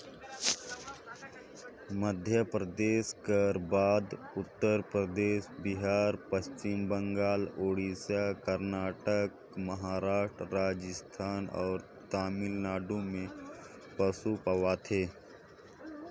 मध्यपरदेस कर बाद उत्तर परदेस, बिहार, पच्छिम बंगाल, उड़ीसा, करनाटक, महारास्ट, राजिस्थान अउ तमिलनाडु में पसु पवाथे